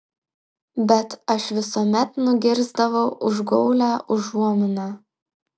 bet aš visuomet nugirsdavau užgaulią užuominą